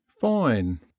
fine